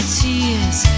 tears